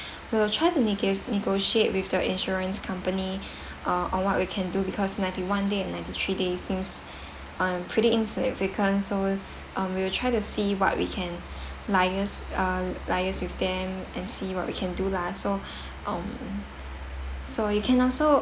we will try to nego~ negotiate with the insurance company uh on what we can do because ninety one day and ninety three days seems um pretty insignificant so um we will try to see what we can liaise uh liaise with them and see what we can do lah so um so we can also